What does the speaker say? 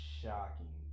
shocking